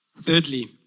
Thirdly